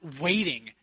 waiting